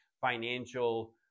financial